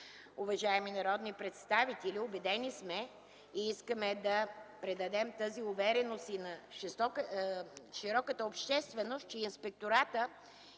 уважаеми народни представители, убедени сме и искаме да предадем тази увереност на широката общественост, че през